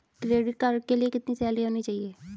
Credit card के लिए कितनी सैलरी होनी चाहिए?